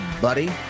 buddy